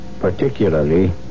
particularly